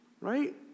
right